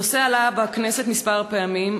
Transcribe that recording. הנושא עלה בכנסת כמה פעמים,